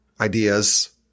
ideas